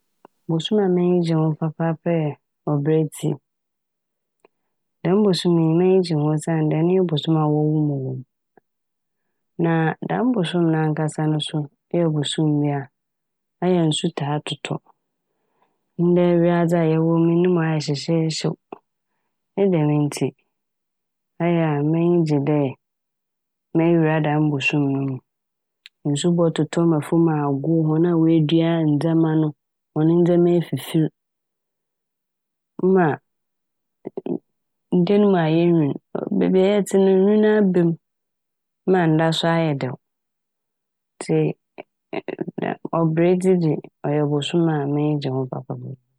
Bosoom a m'enyi gye ho papaapa yɛ Obiradzi. Dɛm bosoom yi m'enyi gye ho osiandɛ ɔno nye bosoom a wɔwoo me wɔ m'. Na dɛm bosoom no nankasa no so ɔyɛ bosoom bi a ɔyɛ a nsu taa totɔ. Ndɛ wiadze yɛwɔ mu yi no mu ayɛ hyehyeehyew. Ne dɛm ntsi ɔyɛ a m'enyi gye dɛ mewura dɛm bosoom yi no mu. Nsu bɔtotɔ ma famu ayɛ agow na hɔn a woedua ndzɛma no hɔn ndzɛma efifir mma edan mu ayɛ nwin. Beebi a yɛtse no nwin aba mu na nda so ayɛ dɛw. Ntsi nnmm- Obiradzi dze ɔyɛ bosoom a m'enyi gye ho papaapa.